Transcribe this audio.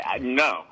No